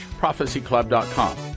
ProphecyClub.com